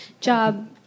job